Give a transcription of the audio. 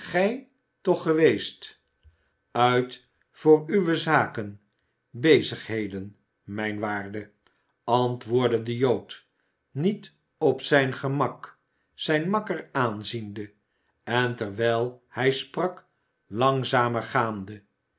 gij toch geweest uit voor uwe zaken bezigheden mijn waarde antwoordde de jood niet op zijn gemak zijn makker aanziende en terwijl hij sprak langzamer gaande